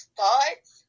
thoughts